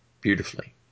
beautifully